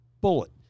bullet